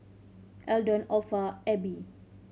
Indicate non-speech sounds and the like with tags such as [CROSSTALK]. Eldon Orpha [UNINTELLIGIBLE]